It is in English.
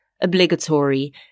obligatory